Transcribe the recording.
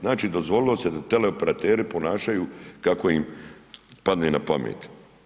Znači dozvolio se da teleoperateri se ponašaju kako im padne na pamet.